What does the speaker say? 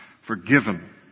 forgiven